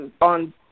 on